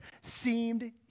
seemed